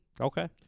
Okay